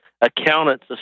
accountants